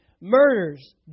murders